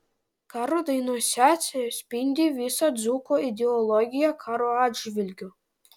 karo dainose atsispindi visa dzūko ideologija karo atžvilgiu